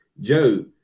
Joe